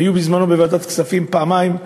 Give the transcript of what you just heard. היו בזמנו בוועדת הכספים פעמיים,